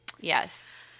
Yes